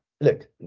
look